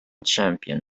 champion